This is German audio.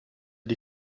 die